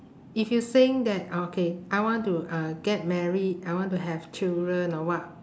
if you think that okay I want to uh get married I want to have children or what